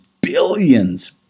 billions